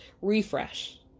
refresh